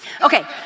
Okay